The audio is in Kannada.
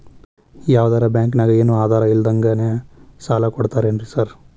ಯಾವದರಾ ಬ್ಯಾಂಕ್ ನಾಗ ಏನು ಆಧಾರ್ ಇಲ್ದಂಗನೆ ಸಾಲ ಕೊಡ್ತಾರೆನ್ರಿ ಸಾರ್?